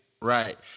Right